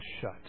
shut